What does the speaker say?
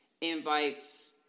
invites